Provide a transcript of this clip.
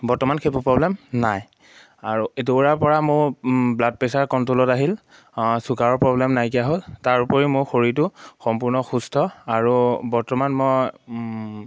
বৰ্তমান সেইবোৰ প্ৰব্লেম নাই আৰু এইটো কৰা পৰা মোৰ ব্লাড প্ৰেছাৰ কণ্ট্ৰলত আহিল ছুগাৰৰ প্ৰব্লেম নাইকিয়া হ'ল তাৰোপৰি মোৰ শৰীৰটো সম্পূৰ্ণ সুস্থ আৰু বৰ্তমান মই